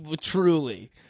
Truly